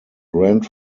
grand